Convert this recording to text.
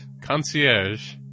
Concierge